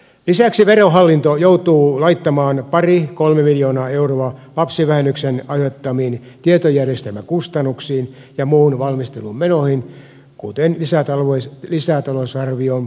lisäksi verohallinto joutuu laittamaan pari kolme miljoonaa euroa lapsivähennyksen aiheuttamiin tietojärjestelmäkustannuksiin ja muun valmistelun menoihin kuten lisätalousarvion perusteluissa todetaan